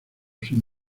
sin